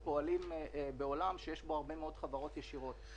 יש גם ביטוחים שכוללים בתוכם סוגיות של סודיות רפואית ואחרת.